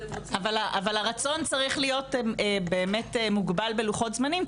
אבל הרצון צריך להיות מוגבל בלוחות זמנים,